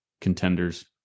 contenders